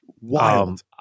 wild